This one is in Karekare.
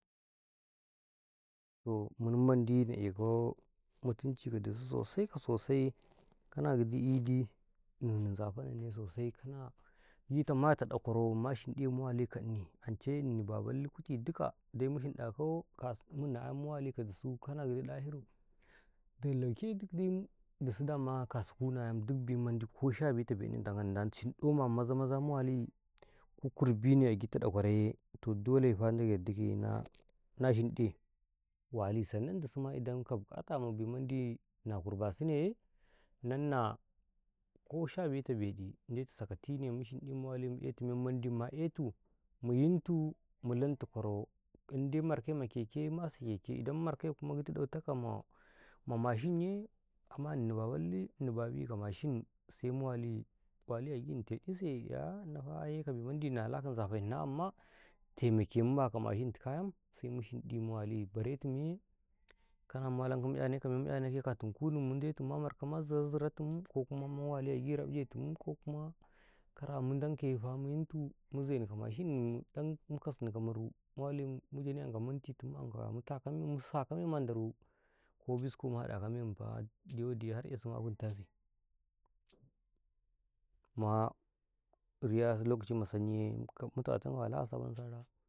To menmandi na eko mutunci ka dusu sosai ka sosai kana gidi Idi inii zaafanane sosai ka sosai gita maita ɗakwaro ma shinɗe mu wali ka ini inka batta lukutigid dai mu shinɗako kasu kunna ayam muwali ka dusu kana gidi Dahiru de lauke dai dusu dama kasu kunna ayam duk bimandi ku nhinbad ka belu ta beɗi swhinɗoma maza-maza mu wali ku kurbine a gida ɗakwaro to dole fa Ndag yardikaye na shiɗe wali sannan dusma in ndala ka bi mandi na kurba sune ye nanna ku nhimbad ka belu ma beɗi nanna sakatine mu shiɗi mu wali mu etu memmandi na etu mu yiontu mu lantu kwaro in dai marka, ma keke ye mu asa keke in markai kuma gida ɗautako ma mashinye ama ini Baballe ini babi ka mashin se mu wali, wali a gini teɗise yaya inafa ayekabi mandi nala ka nzafawhinnau amma mana ka mashitika 'yam sai mu shinɗi mu wali baretimuye mulanka mu 'yaneka men mu 'yanekaye katumu kunnumun ndetu ma marka ma zira ziratumu ko kuma mu wali a gita rabjetumu ko kuma kara mundankayefa mu yintu mu zenika mashinni mu kasni ka maru mu wali mu janetu anka minti tumu anka waya mu takau mu saka memu a ndaru ko bisco mu hada ka memufa dauwadiye har 'yasi ma funtasi ma riyasu lokaci ma jaga lailaiye.